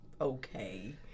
okay